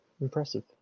Impressive